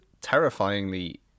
terrifyingly